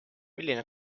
milline